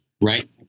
right